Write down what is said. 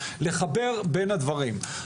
לחבר בין הדברים.